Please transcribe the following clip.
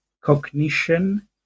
cognition